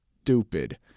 stupid